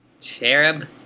Cherub